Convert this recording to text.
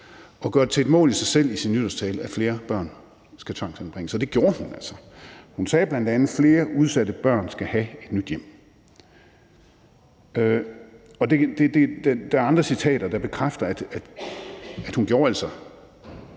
det til et mål i sig selv i sin nytårstale, at flere børn skal tvangsanbringes – og det gjorde hun altså. Hun sagde bl.a., at flere udsatte børn skal have et nyt hjem. Der er andre citater, der bekræfter, at hun altså